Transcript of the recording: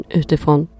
utifrån